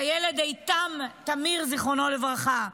את הילד איתם תמיר, זיכרונו לברכה.